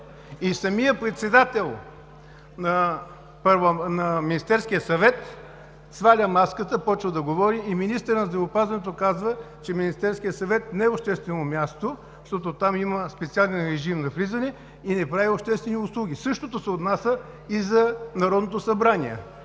Самият председател на Министерския съвет сваля маската и започва да говори! Министърът на здравеопазването казва, че Министерският съвет не е обществено място, защото там има специален режим на влизане и не прави обществени услуги. Същото се отнася и за Народното събрание.